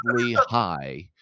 high